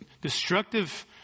destructive